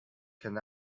can